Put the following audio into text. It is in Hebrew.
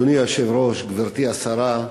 אדוני היושב-ראש, גברתי השרה,